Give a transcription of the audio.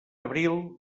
abril